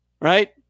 Right